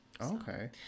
Okay